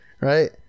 right